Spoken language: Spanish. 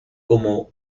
como